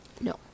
no